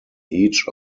each